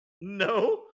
no